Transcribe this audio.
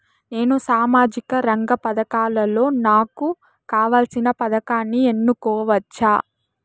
నేను సామాజిక రంగ పథకాలలో నాకు కావాల్సిన పథకాన్ని ఎన్నుకోవచ్చా?